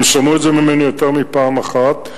והם שמעו את זה ממני יותר מפעם אחת.